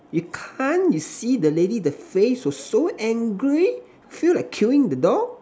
you can't you see the lady the face was so angry feel like killing the dog